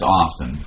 often